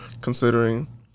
considering